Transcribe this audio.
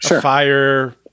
fire